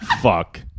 Fuck